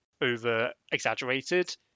over-exaggerated